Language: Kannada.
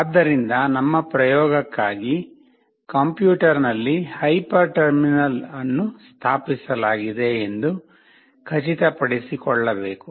ಆದ್ದರಿಂದ ನಮ್ಮ ಪ್ರಯೋಗಕ್ಕಾಗಿ ಕಂಪ್ಯೂಟರ್ನಲ್ಲಿ ಹೈಪರ್ ಟರ್ಮಿನಲ್ ಅನ್ನು ಸ್ಥಾಪಿಸಲಾಗಿದೆ ಎಂದು ಖಚಿತಪಡಿಸಿಕೊಳ್ಳಬೇಕು